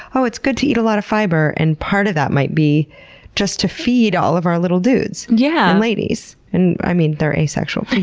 oh, it's good to eat a lot of fiber. and part of that might be just to feed all of our little dudes yeah and ladies. and, i mean, they're asexual,